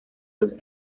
dos